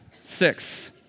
six